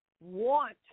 want